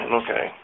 okay